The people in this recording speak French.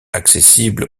accessibles